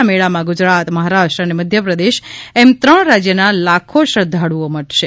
આ મેળામાં ગુજરાત મહારાષ્ટ્ર અને મધ્યપ્રદેશ એમ ત્રણ રાજ્યના લાખો શ્રદ્ધાળુઓ ઉમટશે